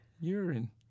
urine